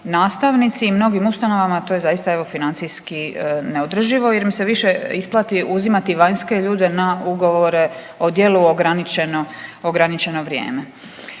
nastavnici i mnogim ustanovama to je zaista evo financijski neodrživo jer im se više isplati uzimati vanjske ljude na ugovore o djelu ograničeno ograničeno